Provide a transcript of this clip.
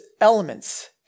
elements